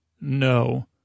No